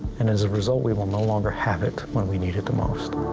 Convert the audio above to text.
and as a result, we will no longer have it when we need it the most.